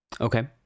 Okay